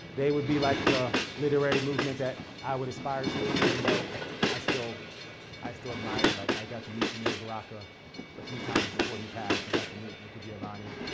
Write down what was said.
they would be like the literary movement that i would aspire to, even though i still i still admire. like i got to meet amiri baraka a few times before he passed. i got to meet nikki giovanni,